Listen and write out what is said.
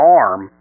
arm